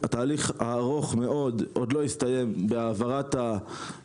אני אשמח, תודה רבה לך.